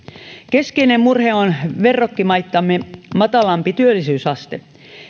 keskeinen murhe on verrokkimaitamme matalampi työllisyysaste